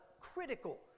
critical